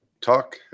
talk